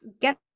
get